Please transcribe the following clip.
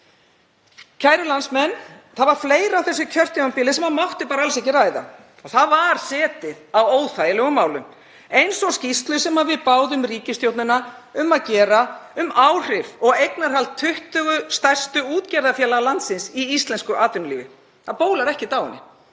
Kæru landsmenn Það var fleira á þessu kjörtímabili sem mátti bara alls ekki ræða og það var setið á óþægilegum málum. Eins og skýrslu, sem við báðum ríkisstjórnina um að gera, um áhrif og eignarhald 20 stærstu útgerðafélaga landsins í íslensku atvinnulífi. Það bólar ekkert á henni.